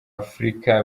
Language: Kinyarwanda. afurika